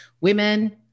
women